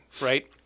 right